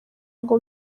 ngo